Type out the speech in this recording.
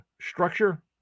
structure